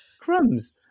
crumbs